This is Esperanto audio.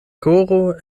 koro